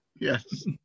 Yes